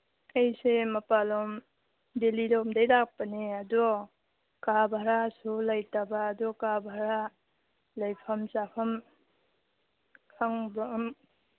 ꯑꯩꯁꯦ ꯃꯄꯥꯜꯂꯣꯝ ꯗꯦꯜꯂꯤꯔꯣꯝꯗꯩ ꯂꯥꯛꯄꯅꯦ ꯑꯗꯣ ꯀꯥ ꯚꯔꯥꯁꯨ ꯂꯩꯇꯕ ꯑꯗꯣ ꯀꯥ ꯚꯔꯥ ꯂꯩꯐꯝ ꯆꯥꯐꯝ ꯈꯪꯕ꯭ꯔꯣ ꯑꯝ